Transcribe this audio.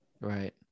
Right